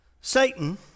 Satan